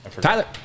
Tyler